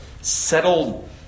settled